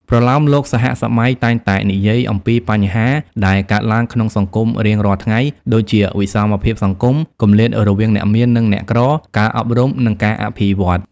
ប្រលោមលោកសហសម័យតែងតែនិយាយអំពីបញ្ហាដែលកើតឡើងក្នុងសង្គមរៀងរាល់ថ្ងៃ ដូចជា វិសមភាពសង្គម គម្លាតរវាងអ្នកមាននិងអ្នកក្រ ការអប់រំ និងការអភិវឌ្ឍន៍។